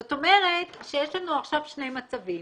זאת אומרת, יש לנו עכשיו שני מצבים.